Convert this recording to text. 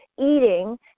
Eating